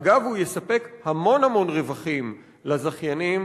אגב, הוא יספק המון-המון רווחים לזכיינים,